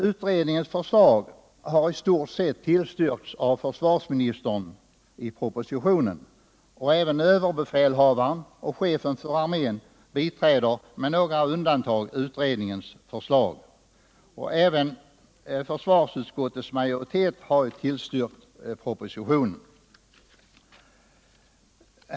Utredningens förslag har i stort sett tillstyrkts av försvarsministern i propositionen, och även överbefälhavaren och chefen för armén biträder, så när som på några undantag, utredningens förslag. Även försvarsutskottets majoritet har tillstyrkt propositionen.